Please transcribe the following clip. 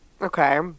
okay